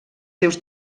seus